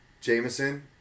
Jameson